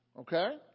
Okay